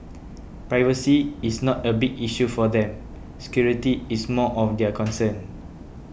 privacy is not a big issue for them security is more of their concern